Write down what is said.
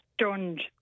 stunned